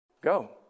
go